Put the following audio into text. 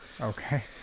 Okay